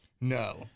no